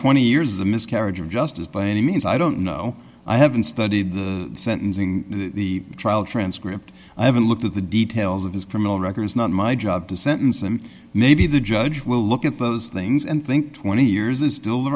twenty years is a miscarriage of justice by any means i don't know i haven't studied the sentencing the trial transcript i haven't looked at the details of his criminal record it's not my job to sentence him maybe the judge will look at those things and think twenty years is still